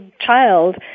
child